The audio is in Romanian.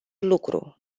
lucru